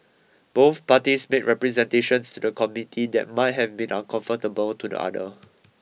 both parties made representations to the Committee that might have been uncomfortable to the other